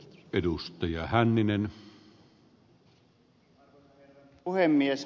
arvoisa herra puhemies